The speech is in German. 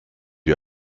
wie